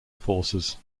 forces